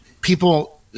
people